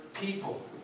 people